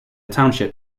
township